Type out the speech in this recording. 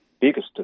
biggest